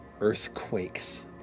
earthquake's